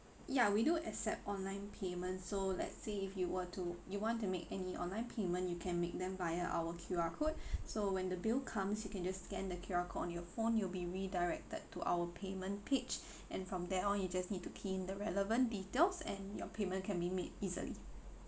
yeah we do accept online payments so let's say if you were to you want to make any online payment you can make them via our Q_R code so when the bill comes you can just scan the Q_R code on your phone you'll be redirected to our payment pitch and from there on you just need to key in the relevant details and your payment can be made easily